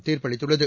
தீர்ப்பளித்துள்ளது